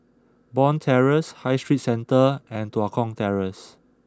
Bond Terrace High Street Centre and Tua Kong Terrace